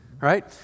Right